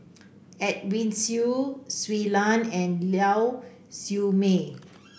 Edwin Siew Shui Lan and Lau Siew Mei